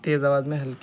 تیز آواز میں ہلکی